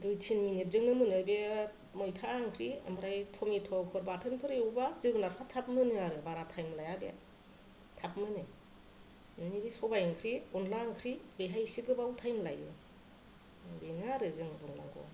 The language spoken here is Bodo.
दुय टिनि मिनिटजोंनो मोनो बे मैथा ओंख्रि ओमफ्राय टमेट'फोर बाथोनफोर एवबा जोगोनारफोराबो थाब मोनो आरो बारा टाइम लाया बे थाब मोनो माने बे सबाय ओंख्रि अनला ओंख्रि बेहाय एसे गोबाव टाइम लायो बेनो आरो जों